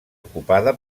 ocupada